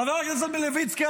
חבר הכנסת מלביצקי,